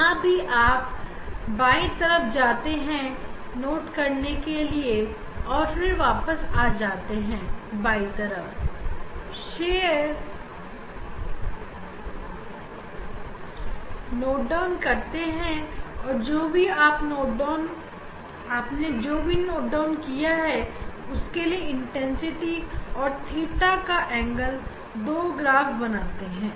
यहां भी आप बाई तरफ जाते हैं नोट करने के लिए और फिर वापस आ जाते हैं बाई तरफ और फिर नोट डाउन करते हैं और जो भी आपने नोट डाउन किया है उसके लिए इंटेनसिटी और थीटा एंगल का 2 ग्राफ बनाते हैं